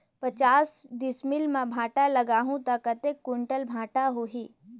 पचास डिसमिल मां भांटा लगाहूं ता कतेक कुंटल भांटा होही?